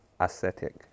aesthetic